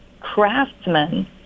craftsmen